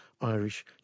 Irish